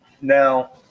Now